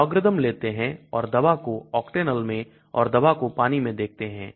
logarithm लेते हैं और दवा को octanol मैं और दवा को पानी में देखते हैं